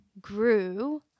grew